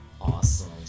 Awesome